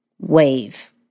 wave